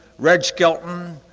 red skelton,